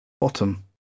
bottom